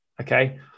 Okay